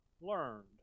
Learned